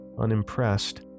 unimpressed